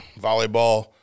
volleyball